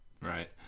Right